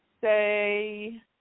say